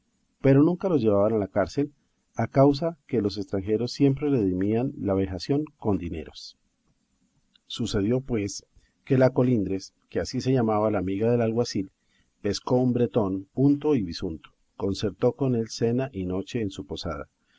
pero nunca los llevaban a la cárcel a causa que los estranjeros siempre redimían la vejación con dineros sucedió pues que la colindres que así se llamaba la amiga del alguacil pescó un bretón unto y bisunto concertó con él cena y noche en su posada